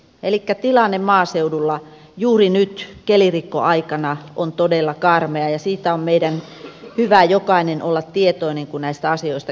elikkä tilanne maaseudulla juuri nyt kelirikkoaikana on todella karmea ja siitä on hyvä meidän jokaisen olla tietoinen kun näistä asioista keskustelemme